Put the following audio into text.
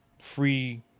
free